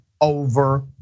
over